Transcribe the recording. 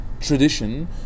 tradition